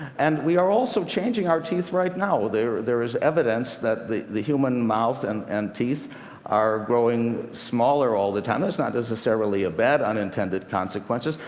and we are also changing our teeth right now. there there is evidence that the the human mouth and and teeth are growing smaller all the time. that's not necessarily a bad unintended consequence.